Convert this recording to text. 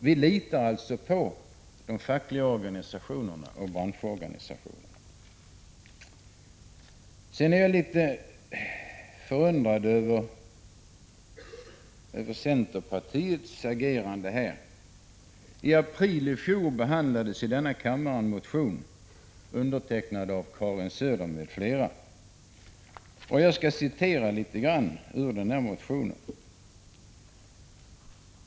Vi litar alltså på de fackliga organisationerna och branschorganisationerna. Jag är vidare något förundrad över centerpartiets agerande. I april i fjol behandlades i denna kammare.en motion undertecknad av Karin Söder m.fl. Jag skall citera något ur denna motion.